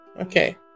okay